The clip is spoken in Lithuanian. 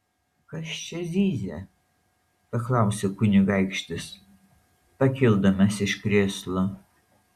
kas čia zyzia paklausė kunigaikštis pakildamas iš krėslo